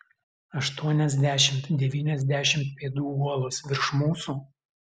aštuoniasdešimt devyniasdešimt pėdų uolos virš mūsų